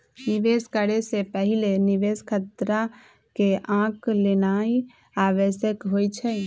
निवेश करे से पहिले निवेश खतरा के आँक लेनाइ आवश्यक होइ छइ